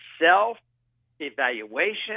self-evaluation